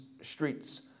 streets